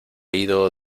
ido